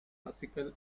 classical